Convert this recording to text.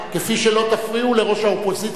כפי שלא תפריעו לראש האופוזיציה,